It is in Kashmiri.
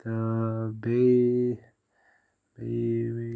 تہٕ بے بیٚیہِ بیٚیہِ